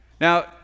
Now